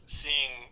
seeing